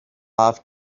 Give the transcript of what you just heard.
have